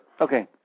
okay